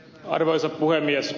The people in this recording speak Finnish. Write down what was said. arvoisa puhemies